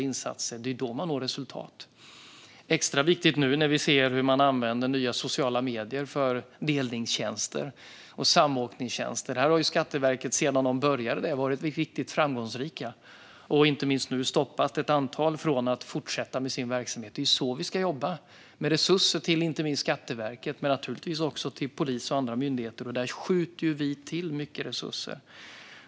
Det är extra viktigt nu när vi ser hur man använder nya sociala medier för delningstjänster och samåkningstjänster. Skatteverket har sedan de började detta arbete varit riktigt framgångsrika och stoppat ett antal från att fortsätta med sin verksamhet. Det är så vi ska jobba - med resurser till inte minst Skatteverket men naturligtvis också till polis och andra myndigheter. Där skjuter vi till mycket resurser.